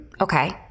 okay